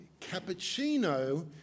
cappuccino